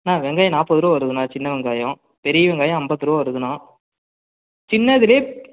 அண்ணா வெங்காயம் நாற்பது ரூபா வருதுண்ணா சின்ன வெங்காயம் பெரிய வெங்காயம் ஐம்பத்து ரூபா வருதுண்ணா சின்னதிலே